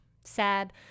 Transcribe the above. Sad